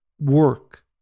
work